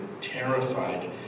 terrified